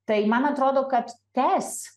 tai man atrodo kad tęs